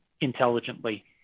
intelligently